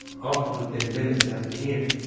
often within minutes after the hearing.